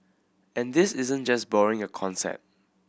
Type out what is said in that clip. and this isn't just borrowing a concept